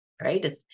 right